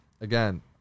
Again